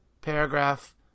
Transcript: paragraph